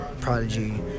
prodigy